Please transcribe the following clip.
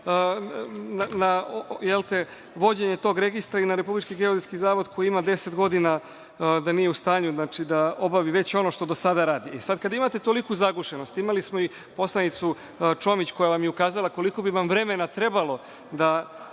na vođenje tog registra i na RGZ, koji ima 10 godina da nije u stanju da obavi već ono što do sada radi. Sada, kada imate toliku zagušenost, imali smo i poslanicu Čomić koja vam je ukazala koliko bi vam vremena trebalo da